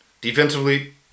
defensively